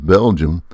Belgium